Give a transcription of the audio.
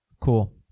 Cool